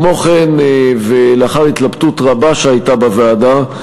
כמו כן, ולאחר התלבטות רבה בוועדה,